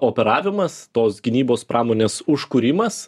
operavimas tos gynybos pramonės užkūrimas